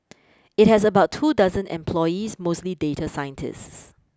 it has about two dozen employees mostly data scientists